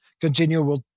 continue